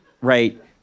right